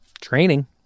Training